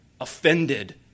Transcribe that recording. offended